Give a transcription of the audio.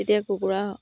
তেতিয়া কুকুৰা